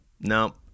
No